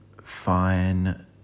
fine